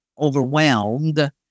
overwhelmed